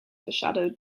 foreshadowed